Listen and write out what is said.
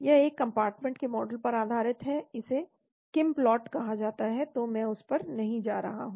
यह एक कंपार्टमेंट के मॉडल पर आधारित है इसे KinPlot कहा जाता है तो मैं उस पर नहीं जा रहा हूं